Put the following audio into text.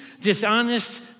dishonest